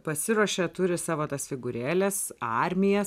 pasiruošia turi savo tas figūrėles armijas